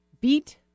beat